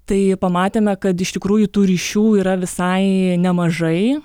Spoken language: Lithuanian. tai pamatėme kad iš tikrųjų tų ryšių yra visai nemažai